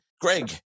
Greg